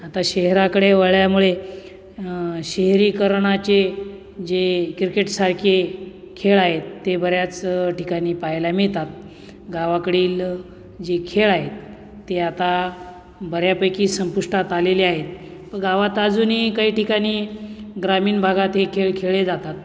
आता शहराकडे वळल्यामुळे शहरीकरणाचे जे क्रिकेटसारखे खेळ आहेत ते बऱ्याच ठिकाणी पाहायला मिळतात गावाकडील जे खेळ आहेत ते आता बऱ्यापैकी संपुष्टात आलेले आहेत गावात अजूनही काही ठिकाणी ग्रामीण भागात हे खेळ खेळले जातात